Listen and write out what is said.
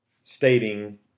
stating